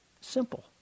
Simple